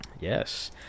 Yes